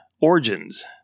Origins